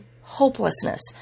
hopelessness